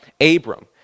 Abram